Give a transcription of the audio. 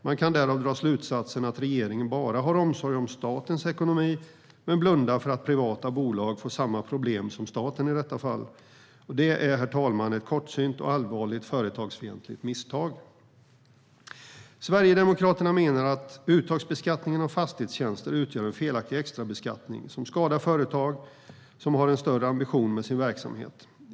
Man kan därav dra slutsatsen att regeringen bara har omsorg om statens ekonomi och blundar för att privata bolag får samma problem som staten i detta fall. Det är, herr talman, ett kortsynt och allvarligt företagsfientligt misstag. Sverigedemokraterna menar att uttagsbeskattningen av fastighetstjänster utgör en felaktig extrabeskattning som skadar företag som har en större ambition med sin verksamhet.